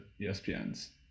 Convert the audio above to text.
ESPN's